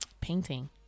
painting